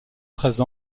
treize